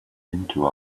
into